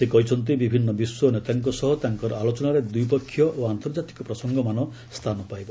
ସେ କହିଛନ୍ତି ବିଭିନ୍ନ ବିଶ୍ୱ ନେତାଙ୍କ ସହ ତାଙ୍କର ଆଲୋଚନାରେ ଦ୍ୱିପକ୍ଷୀୟ ଓ ଆନ୍ତର୍ଜାତିକ ପ୍ରସଙ୍ଗମାନ ସ୍ଥାନ ପାଇବ